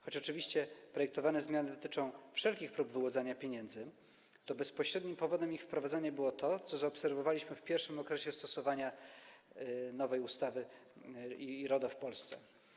Choć oczywiście projektowane zmiany dotyczą wszelkich prób wyłudzania pieniędzy, to bezpośrednim powodem ich wprowadzenia było to, co zaobserwowaliśmy w pierwszym okresie stosowania nowej ustawy, RODO w Polsce.